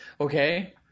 Okay